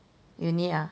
you need ah